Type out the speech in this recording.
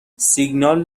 سیگنال